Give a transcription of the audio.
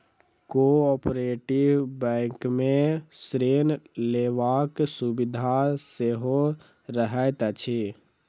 cooperative बैंकमे ऋण लेबाक सुविधा सेहो रहैत अछि